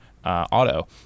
Auto